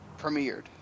premiered